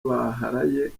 baharaye